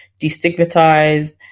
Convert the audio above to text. destigmatized